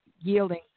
yielding